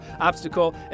obstacle